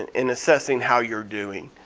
and and assessing how you're doing.